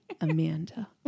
Amanda